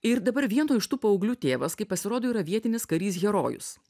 ir dabar vieno iš tų paauglių tėvas kaip pasirodo yra vietinis karys herojus